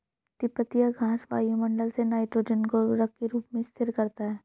तिपतिया घास वायुमंडल से नाइट्रोजन को उर्वरक के रूप में स्थिर करता है